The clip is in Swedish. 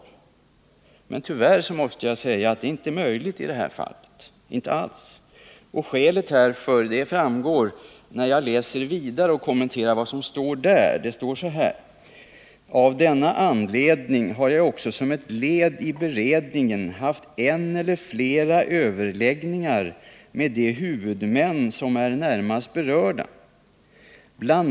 Tyvärr måste jag säga att detta inte alls är möjligt i det här fallet. Skälet härtill framgår, om man läser vidare. Det står nämligen så här: ”Av denna anledning har jag också som ett led i beredningen haft en eller flera 101 överläggningar med de huvudmän som är närmast berörda. BI.